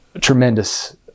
tremendous